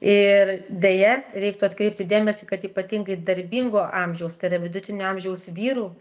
ir deja reiktų atkreipti dėmesį kad ypatingai darbingo amžiaus tai yra vidutinio amžiaus vyrų